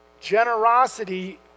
Generosity